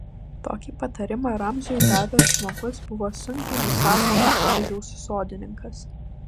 tokį patarimą ramziui davęs žmogus buvo sunkiai nusakomo amžiaus sodininkas